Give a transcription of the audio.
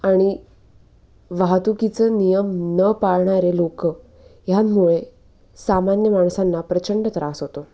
आणि वाहतुकीचं नियम न पाळणारे लोकं ह्यांमुळे सामान्य माणसांना प्रचंड त्रास होतो